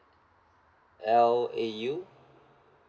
L A U